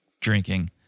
drinking